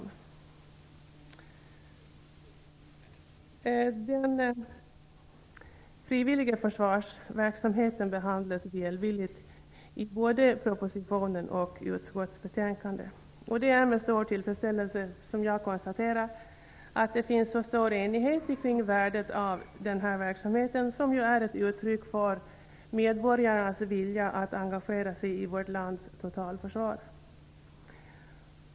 Den frivilliga försvarsverksamheten behandlas välvilligt i både propositionen och i utskottsbetänkandet. Det är med stor tillfredsställelse jag konstaterar att det finns så stor enighet kring värdet av denna verksamhet, som är ett uttryck för medborgarnas vilja att engagera sig i vårt lands totalförsvar.